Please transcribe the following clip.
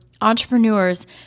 entrepreneurs